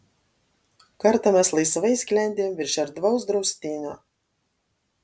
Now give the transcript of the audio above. kartą mes laisvai sklendėm virš erdvaus draustinio